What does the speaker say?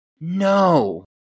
No